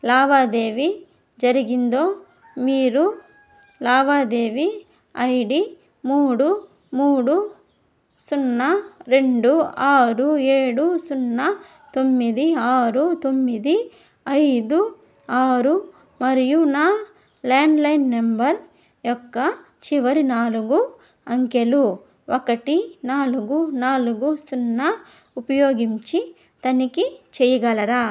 లావాదేవీ జరిగిందో మీరు లావాదేవీ ఐ డీ మూడు మూడు సున్నా రెండు ఆరు ఏడు సున్నా తొమ్మిది ఆరు తొమ్మిది ఐదు ఆరు మరియు నా ల్యాండ్లైన్ నెంబర్ యొక్క చివరి నాలుగు అంకెలు ఒకటి నాలుగు నాలుగు సున్నా ఉపయోగించి తనిఖీ చేయగలరా